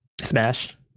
Smash